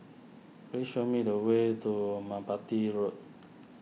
please show me the way to Merpati Road